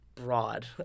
broad